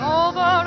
over